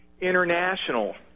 international